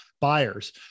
buyers